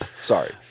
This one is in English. Sorry